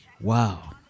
Wow